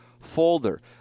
folder